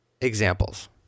examples